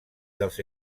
dels